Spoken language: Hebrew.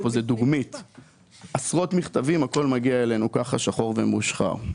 עשרות מכתבים מגיעים אלינו שחור ומושחר.